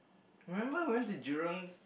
remember went to Jurong